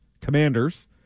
Commanders